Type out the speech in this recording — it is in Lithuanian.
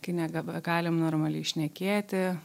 kai nebegalim normaliai šnekėti